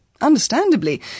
Understandably